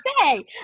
say